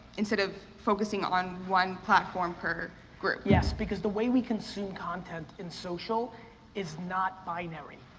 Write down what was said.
instead of focusing on one platform per group? yes, because the way we consume content in social is not binary.